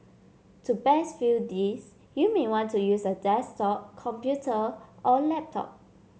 to best view this you may want to use a desktop computer or laptop